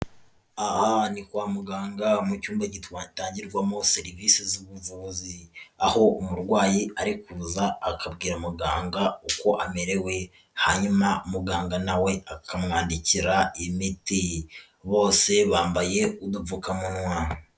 Aha ni kwa muganga mu cyumba gitangirwamo serivisi z'ubuvuzi, aho umurwayi ari kuza akabwira muganga uko amerewe, hanyuma muganga nawe akamwandikira imiti, bose bambaye udupfukamunwa.